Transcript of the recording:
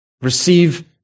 Receive